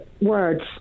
Words